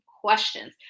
questions